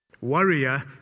warrior